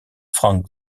frank